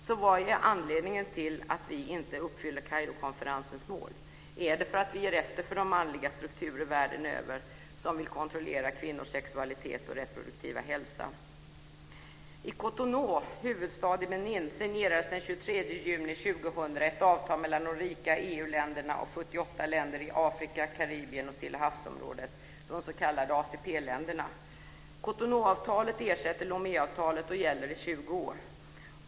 Så vad är anledningen till att vi inte uppfyller Kairokonferensens mål? Är det för att vi ger efter för de manliga strukturer världen över som vill kontrollera kvinnors sexualitet och reproduktiva hälsa? I Cotonou, den största staden i Benin, signerades den 23 juni 2000 ett avtal mellan de rika EU-länderna och 78 länder i Afrika, Karibien och Stillahavsområdet, de s.k. ACP-länderna. Cotonou-avtalet ersätter Lomé-avtalet och gäller i 20 år.